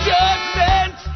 Judgment